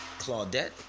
Claudette